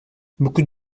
beaucoup